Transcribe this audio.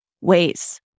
ways